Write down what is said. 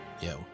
Yo